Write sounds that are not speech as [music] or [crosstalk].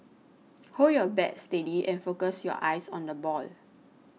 [noise] hold your bat steady and focus your eyes on the ball